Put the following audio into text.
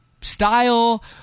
style